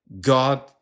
God